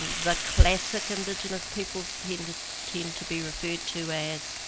um the classic indigenous peoples tend tend to be referred to as